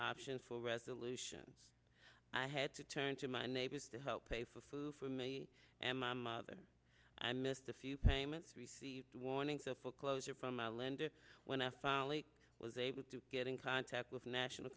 options for resolution i had to turn to my neighbors to help pay for food me and my mother i missed a few payments received warnings of foreclosure from my lender when i finally was able to get in contact with national